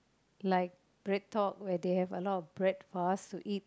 like BreadTalk where they a lot of bread for us to eat